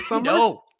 No